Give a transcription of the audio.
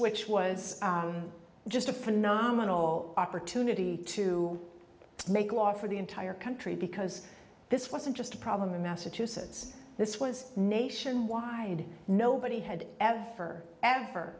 which was just a phenomenal opportunity to make law for the entire country because this wasn't just a problem in massachusetts this was nationwide nobody had ever ever